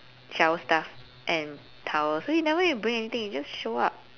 shower stuff and towel so you'll never need to bring anything you just show up